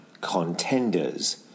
contenders